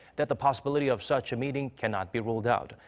that the possibility of such a meeting cannot be ruled out.